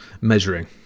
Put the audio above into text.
measuring